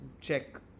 check